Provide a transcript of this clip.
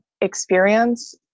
experience